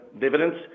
dividends